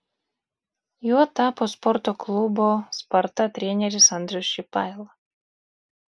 juo tapo sporto klubo sparta treneris andrius šipaila